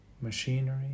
machinery